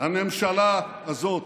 הממשלה הזאת,